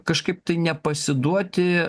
kažkaip tai nepasiduoti